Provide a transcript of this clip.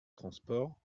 transport